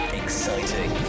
exciting